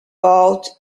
bought